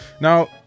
Now